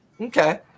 Okay